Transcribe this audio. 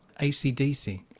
ACDC